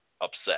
upset